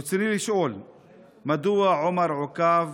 רצוני לשאול: 1. מדוע עומר עוכב